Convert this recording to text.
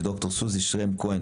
דוקטור סוזי שרם כהן,